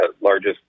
largest